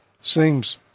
seems